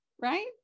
right